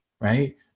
right